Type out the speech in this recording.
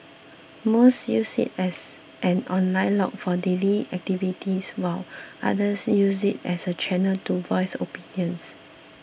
most use it as an online log for daily activities while others use it as a channel to voice opinions